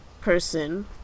person